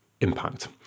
impact